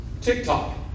TikTok